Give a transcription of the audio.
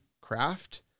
craft